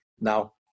Now